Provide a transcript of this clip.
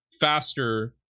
faster